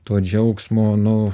to džiaugsmo nu